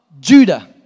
Judah